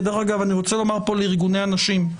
כדרך אגב, אני רוצה לומר פה לארגוני הנשים,